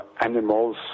animals